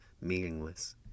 meaningless